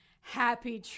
Happy